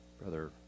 Brother